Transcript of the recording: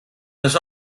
this